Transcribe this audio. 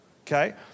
okay